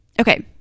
Okay